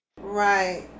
Right